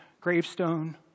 gravestone